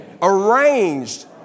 arranged